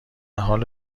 حال